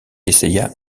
essaya